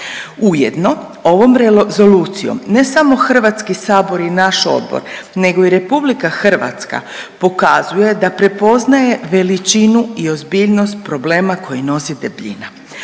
Ujedno ovom rezolucijom ne samo HS i naš odbor nego i RH pokazuje da prepoznaje veličinu i ozbiljnost problema koji nosi debljina.